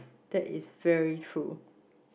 that is very true